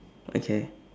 okay